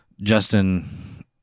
Justin